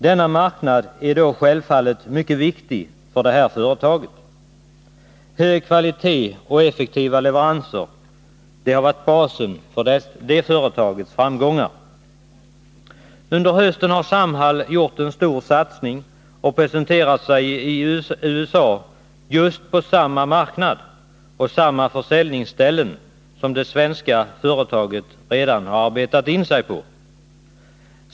Denna marknad är självfallet mycket viktig för företaget. Hög kvalitet och effektiva leveranser är basen för företagets framgångar. Under hösten har Samhall gjort en stor satsning och presenterat sig i USA på just samma marknad och samma försäljningsställen som det svenska företaget redan arbetat sig in på.